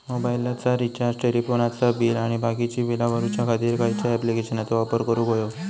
मोबाईलाचा रिचार्ज टेलिफोनाचा बिल आणि बाकीची बिला भरूच्या खातीर खयच्या ॲप्लिकेशनाचो वापर करूक होयो?